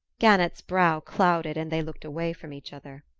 gannett's brow clouded and they looked away from each other.